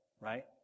right